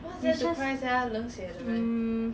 cause hmm